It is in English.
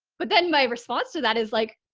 but then my response to that is like,